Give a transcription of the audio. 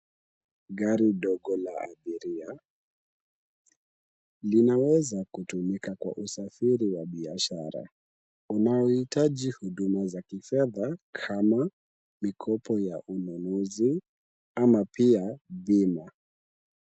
Gari ndogo la abiria. Linaweza kutumika kwa usafiri wa biashara. Unaohitaji huduma za kifedha kama mikopo ya ununuzi ama pia bima.